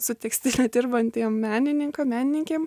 su tekstile dirbantiem menininkam menininkėm